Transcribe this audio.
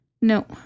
No